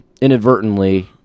inadvertently